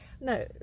no